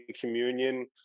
Communion